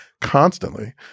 constantly